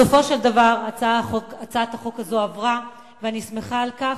בסופו של דבר הצעת החוק הזו עברה ואני שמחה על כך.